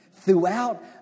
Throughout